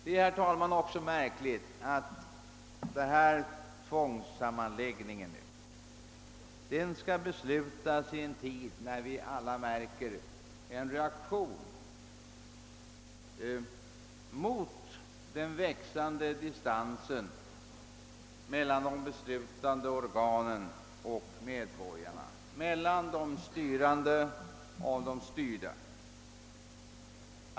Det är också märkligt, herr talman, att den här tvångssammanläggningen skall beslutas i en tid då vi alla märker en reaktion mot den växande distansen mellan de beslutande organen och medborgarna, mellan de styrande och de styrda.